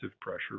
pressure